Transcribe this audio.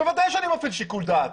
בוודאי שאני מפעיל שיקול דעת